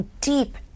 deep